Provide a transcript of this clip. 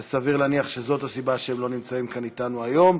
וסביר להניח שזאת הסיבה לכך שהם לא נמצאים אתנו כאן היום.